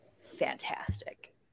fantastic